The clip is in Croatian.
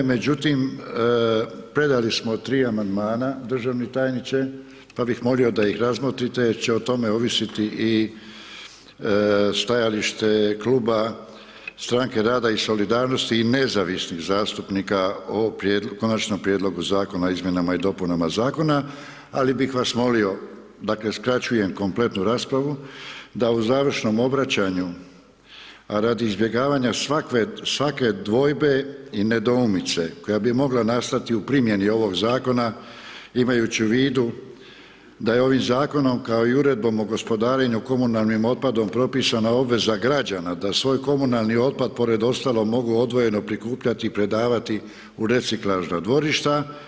Međutim, predali smo 3 Amandmana državni tajniče, pa bih molio da ih razmotrite jer će o tome ovisiti i stajalište kluba Stranke rada i solidarnosti i Nezavisnih zastupnika o Konačnom prijedlogu Zakona o izmjenama i dopunama Zakona, ali bih vas molio, dakle, skraćujem kompletnu raspravu, da u završnom obraćanju radi izbjegavanja svake dvojbe i nedoumice koja bi mogla nastati u primjeni ovog Zakona imajući u vidu da je ovim Zakonom, kao i Uredbom o gospodarenju komunalnim otpadom propisana obveza građana da svoj komunalni otpad, pored ostalog, mogu odvojeno prikupljati i predavati u reciklažna dvorišta.